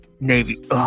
Navy